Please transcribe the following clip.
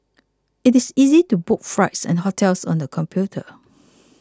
it is easy to book flights and hotels on the computer